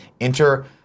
Enter